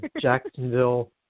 Jacksonville